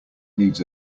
needs